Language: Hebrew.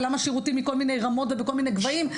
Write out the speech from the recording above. ולמה שירותים מכל מיני רמות ובכל מיני גבהים,